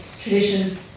tradition